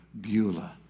Beulah